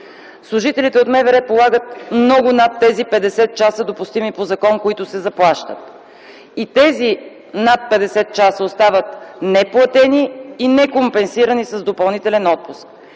Служителите от МВР полагат много над тези 50 часа, допустими по закон, които се заплащат. Тези, над 50 часа – остават неплатени и некомпенсирани с допълнителен отпуск.